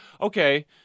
okay